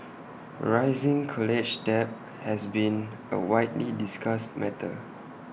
rising college debt has been A widely discussed matter